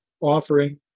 offering